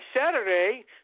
Saturday